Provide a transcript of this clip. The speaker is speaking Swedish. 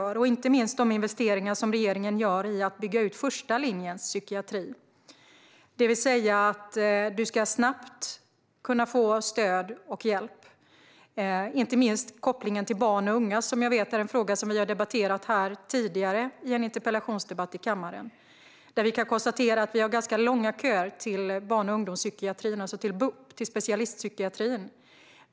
Detta gäller inte minst de investeringar som regeringen gör i att bygga ut första linjens psykiatri, det vill säga att man snabbt ska kunna få stöd och hjälp, samt kopplingen till barn och unga, vilket är en fråga som vi tidigare har debatterat i en interpellationsdebatt här i kammaren. Vi kan konstatera att vi har ganska långa köer till barn och ungdomspsykiatrin, alltså till BUP - specialistpsykiatrin.